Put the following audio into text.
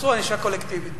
עשו ענישה קולקטיבית.